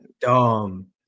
Dumb